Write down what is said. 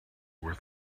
were